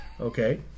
Okay